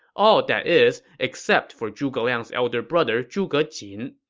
all, that is, except for zhuge liang's elder brother zhuge jin.